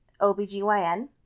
OBGYN